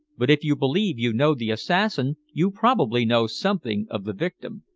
but if you believe you know the assassin you probably know something of the victim?